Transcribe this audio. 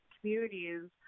communities